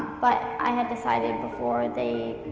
but, i had decided before they,